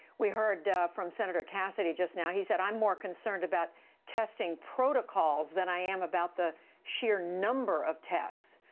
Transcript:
we heard from senator cassidy just now. he said i'm more concerned about testing protocols than i am about the sheer number of tests.